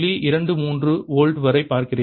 23 volt வரை பார்க்கிறீர்கள்